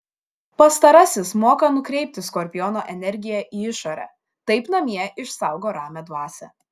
pastarasis moka nukreipti skorpiono energiją į išorę taip namie išsaugo ramią dvasią